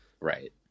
Right